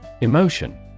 Emotion